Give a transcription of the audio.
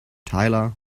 tyler